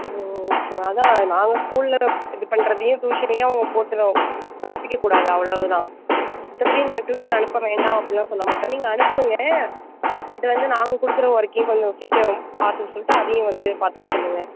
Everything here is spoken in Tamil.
ஓ ஓ ஓகே மா அதான் நாங்கள் ஸ்கூலில் இது பண்ணுறதையும் டியூஷன்லேயும் அவங்க போட்டு குழப்பிக்க கூடாது அவ்வளவு தான் மற்றபடி நீங்கள் டியூஷன் அனுப்ப வேண்டாம் அப்படின்லான் சொல்ல மாட்டோம் நீங்கள் அனுப்புங்க பட் வந்து நாங்கள் கொடுக்குற வொர்க்கையும் கொஞ்சம் சீக்கிரம் பார்த்துக்க சொல்லிட்டு அதையும் வந்து பார்த்துக்க சொல்லுங்கள்